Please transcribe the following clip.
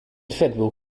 federal